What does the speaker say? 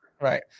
right